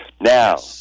Now